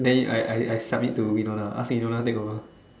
then I I I submit to Winona ask Winona take over